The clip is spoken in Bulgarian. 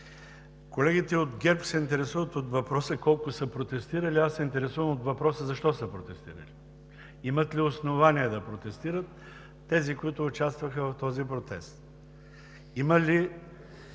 Колегите от ГЕРБ се интересуват от въпроса колко са протестирали, а аз се интересувам от въпроса защо са протестирали? Имат ли основание да протестират тези, които участваха в този протест? Има ли